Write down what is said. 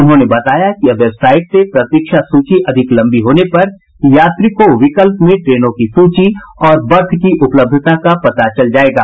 उन्होंने बताया कि अब वेबसाईट से प्रतीक्षा सूची अधिक लम्बी होने पर यात्री को विकल्प में ट्रेनों की सूची और बर्थ की उपलब्धता का पता चल जायेगा